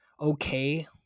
okay